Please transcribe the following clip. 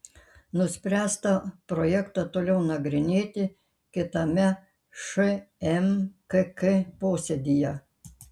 nuspręsta projektą toliau nagrinėti kitame šmkk posėdyje